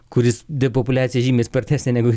kuris depopuliacija žymiai spartesnė negu